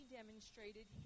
demonstrated